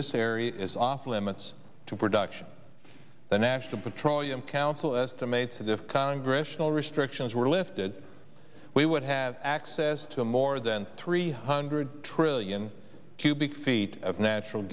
this area is off limits to production the national petroleum council estimates that if congress no restrictions were lifted we would have access to more than three hundred trillion cubic feet of natural